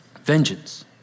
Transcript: Vengeance